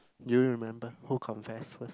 do you remember who confess first